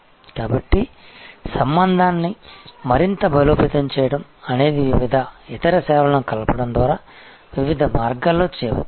కాబట్టి సంబంధాన్ని మరింత బలోపేతం చేయడం అనేది వివిధ ఇతర సేవలను కలపడం ద్వారా వివిధ మార్గాల్లో చేయవచ్చు